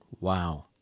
Wow